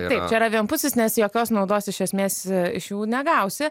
taip čia yra vienpusis nes jokios naudos iš esmės iš jų negausi